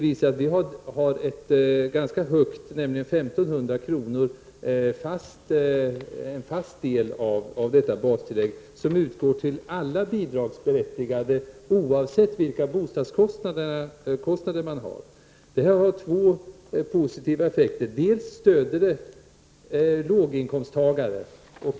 Vi föreslår en ganska hög summa, nämligen 1 500 kr., som en fast del av detta bastillägg och som skall utgå till alla bidragsberättigade oavsett vilka bostadskostnader man har. Det har positiva effekter. Det stöder låginkomsttagare.